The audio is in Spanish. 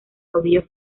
caudillo